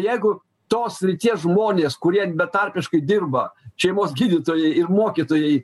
jeigu tos srities žmonės kurie betarpiškai dirba šeimos gydytojai ir mokytojai